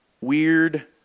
Weird